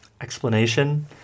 Explanation